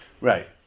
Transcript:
Right